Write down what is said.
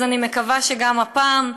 אז אני מקווה שגם הפעם.